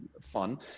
fun